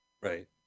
Right